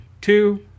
two